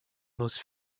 most